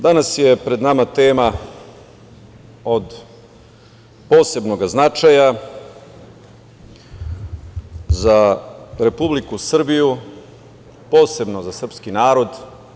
Danas je pred nama tema od posebnog značaja za Republiku Srbiju, posebno za srpski narod.